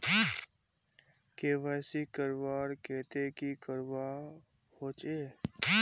KYC करवार केते की करवा होचए?